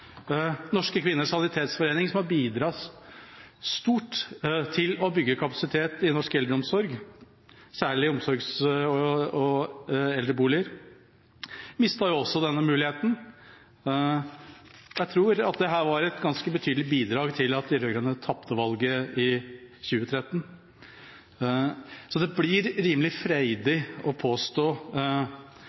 Norske Kvinners Sanitetsforening, som har bidratt stort til å bygge kapasitet i norsk eldreomsorg, særlig omsorgs- og eldreboliger, mistet også denne muligheten. Jeg tror dette var et ganske betydelig bidrag til at de rød-grønne tapte valget i 2013. Så det blir rimelig freidig å påstå